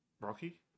Rocky